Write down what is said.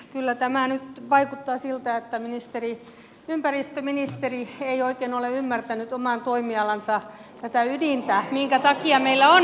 kyllä tämä nyt vaikuttaa siltä että ympäristöministeri ei oikein ole ymmärtänyt tätä oman toimialansa ydintä minkä takia meillä on ympäristöministeriö